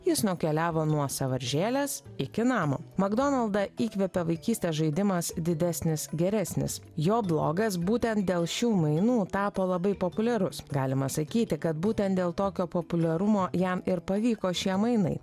jis nukeliavo nuo sąvaržėlės iki namo makdonaldą įkvepė vaikystės žaidimas didesnis geresnis jo blogas būtent dėl šių mainų tapo labai populiarus galima sakyti kad būtent dėl tokio populiarumo jam ir pavyko šie mainai